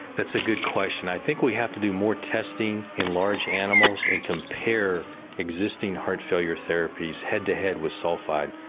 that's a good question i think we have to do more testing in large animals and compare existing heart failure therapies head to head with sulphide.